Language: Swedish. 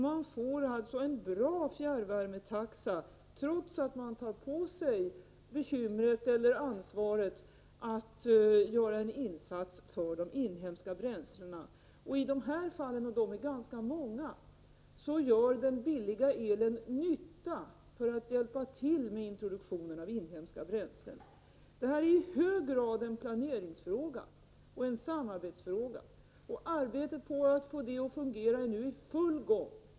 Man får alltså en bra fjärrvärmetaxa, trots att man tar på sig ansvaret för att göra en insats för de inhemska bränslena. I de här fallen, och de är ganska många, gör den billiga elen nytta för att hjälpa till med introduktionen av inhemska bränslen. Detta är i hög grad en planeringsfråga och en samarbetsfråga. Arbetet på att få det att fungera är nu i full gång.